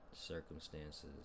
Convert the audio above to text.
circumstances